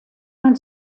man